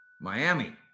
Miami